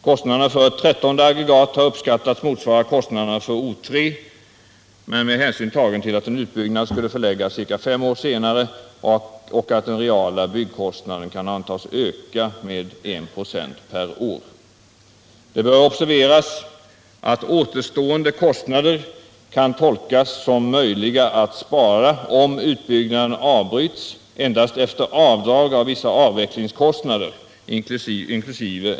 Kostnaderna för ett trettonde aggregat har uppskattats motsvara kostnaderna för O 3, men med hänsyn tagen till att en utbyggnad skulle förläggas ca S år senare och att den reala byggkostnaden kan antas öka med 196 per år. Det bör observeras att återstående kostnader kan tolkas som möjliga att spara om utbyggnaden avbryts — endast efter avdrag av vissa avvecklingskostnader, inkl.